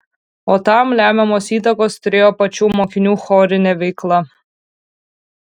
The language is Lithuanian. o tam lemiamos įtakos turėjo pačių mokinių chorinė veikla